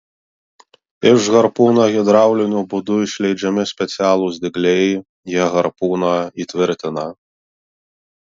iš harpūno hidrauliniu būdu išleidžiami specialūs dygliai jie harpūną įtvirtina